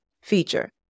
feature